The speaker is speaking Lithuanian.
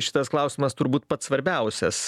šitas klausimas turbūt pats svarbiausias